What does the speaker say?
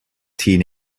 teen